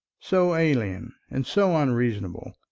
so alien and so unreasonable,